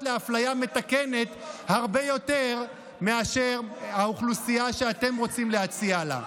לאפליה מתקנת הרבה יותר מאשר האוכלוסייה שאתם רוצים להציע לה?